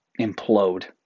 implode